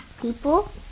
People